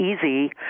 easy